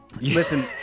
Listen